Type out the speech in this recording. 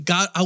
God